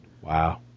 Wow